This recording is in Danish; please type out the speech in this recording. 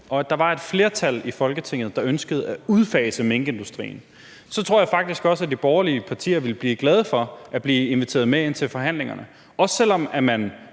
og at der var et flertal i Folketinget, der ønskede at udfase minkindustrien, så tror jeg faktisk også, at de borgerlige partier ville blive glade for at blive inviteret med ind til forhandlingerne, og også selv om man